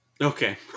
Okay